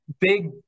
Big